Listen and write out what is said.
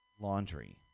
Laundry